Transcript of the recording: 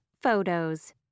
photos